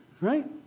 Right